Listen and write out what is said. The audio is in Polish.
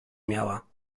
miała